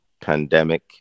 pandemic